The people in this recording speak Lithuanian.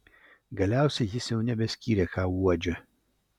galiausiai jis jau nebeskyrė ką uodžia